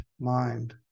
mind